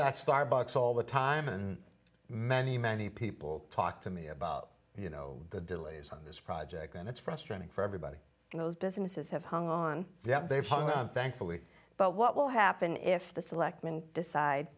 that starbucks all the time and many many people talk to me about you know the delays on this project and it's frustrating for everybody and those businesses have hung on that they've hung up thankfully but what will happen if the selectmen decide